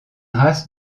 race